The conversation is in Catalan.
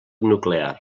nuclear